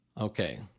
Okay